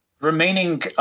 remaining